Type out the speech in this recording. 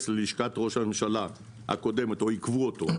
ללשכת ראש הממשלה הקודמת או עיכבו אותו.